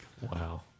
wow